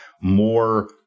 more